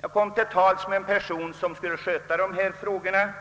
Jag kom till tals med en person som skulle sköta dessa frågor